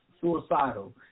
suicidal